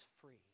free